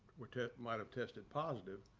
which ah might have tested positive.